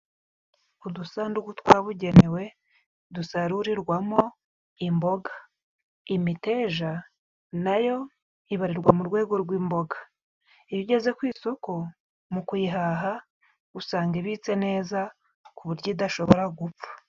Udusanduku twabugenewe dusarurirwamo imboga, imiteja nayo ibarirwa mu rwego rw'imboga iyo ugeze ku isoko mu kuyihaha usanga ibitse neza ku buryo idashobora gupfa.